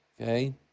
Okay